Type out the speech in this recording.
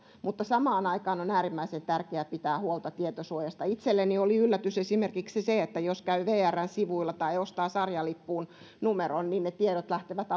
samaan aikaan on äärimmäisen tärkeää pitää huolta tietosuojasta itselleni oli yllätys esimerkiksi se että jos käy vrn sivuilla ja ostaa sarjalipun numerolla niin ne tiedot lähtevät